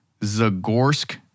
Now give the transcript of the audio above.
Zagorsk